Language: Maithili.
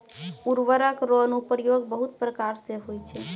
उर्वरक रो अनुप्रयोग बहुत प्रकार से होय छै